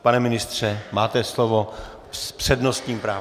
Pane ministře, máte slovo s přednostním právem.